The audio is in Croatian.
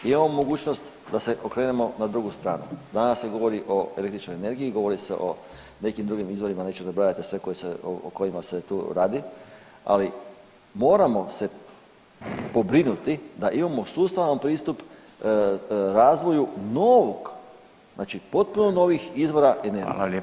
Imamo mogućnost da se okrenemo na drugu stranu, danas se govori o električnoj energiji, govori se o nekim drugim izvorima, neću nabrajati sve o kojima se tu radi, ali moramo se pobrinuti da imamo sustavan pristup razvoju novog, znači potpuno novih izvora energije.